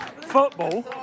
football